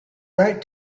right